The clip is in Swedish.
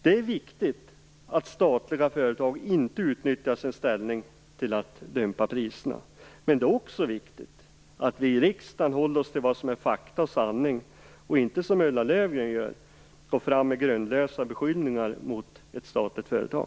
Det är viktigt att statliga företag inte utnyttjar sin ställning till att dumpa priserna. Men det är också viktigt att vi i riksdagen håller oss till vad som är fakta och sanning och inte som Ulla Löfgren gör går fram med grundlösa bekyllningar mot ett statligt företag.